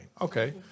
Okay